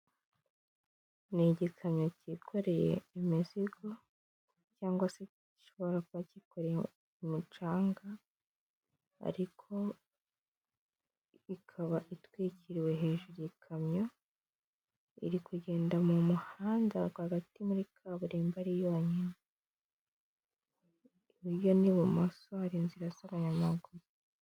Ni igikamyo cyikoreye imizigo, cyangwa se gishobora kuba cyikoreye umucanga, ariko ikaba itwikiriwe hejuru ikamyo, iri kugenda mu muhanda rwagati, muri kaburimbo, ari yonyine. Iburyo n'ibumoso hari inzira z'abanyamaguru.